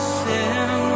sin